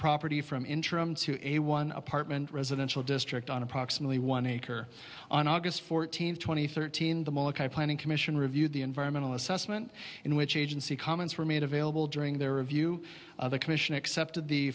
property from interim to a one apartment residential district on approximately one acre on august fourteenth two thousand and thirteen the molokai planning commission reviewed the environmental assessment in which agency comments were made available during their review of the commission accepted the